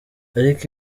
ariko